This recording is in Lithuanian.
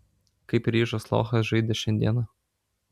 kaip ryžas lochas žaidė šiandieną